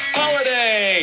holiday